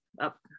up